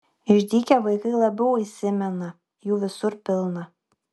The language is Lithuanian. išdykę vaikai labiau įsimena jų visur pilna